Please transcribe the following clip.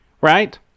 right